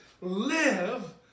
live